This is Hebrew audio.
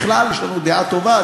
בכלל יש לנו דעה טובה,